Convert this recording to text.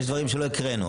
יש דברים שלא הקראנו.